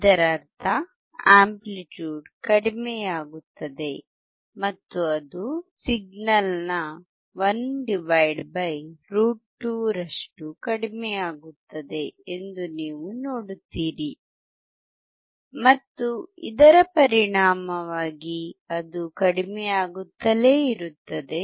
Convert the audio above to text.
ಇದರರ್ಥ ಅಂಪ್ಲಿಟ್ಯೂಡ್ ಕಡಿಮೆಯಾಗುತ್ತದೆ ಮತ್ತು ಅದು ಸಿಗ್ನಲ್ನ 1√2 ರಷ್ಟು ಕಡಿಮೆಯಾಗುತ್ತದೆ ಎಂದು ನೀವು ನೋಡುತ್ತೀರಿ ಮತ್ತು ಇದರ ಪರಿಣಾಮವಾಗಿ ಅದು ಕಡಿಮೆಯಾಗುತ್ತಲೇ ಇರುತ್ತದೆ